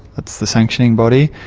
that's the sanctioning body,